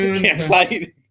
campsite